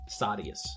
Sadius